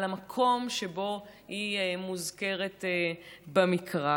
על המקום שבו היא מוזכרת במקרא.